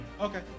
Okay